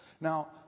Now